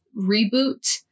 reboot